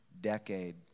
decade